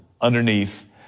underneath